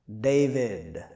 David